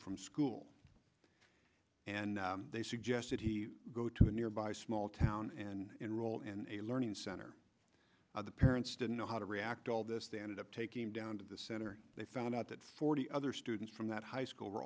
from school and they suggested he go to a nearby small town and enroll in a learning center the parents didn't know how to react to all this stand up taking down to the center they found out that forty other students from that high school were